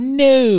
no